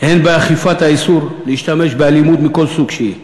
גם באכיפת האיסור להשתמש באלימות מכל סוג שהוא.